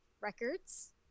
records